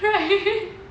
right